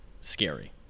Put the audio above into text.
scary